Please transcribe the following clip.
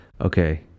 Okay